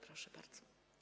Proszę bardzo.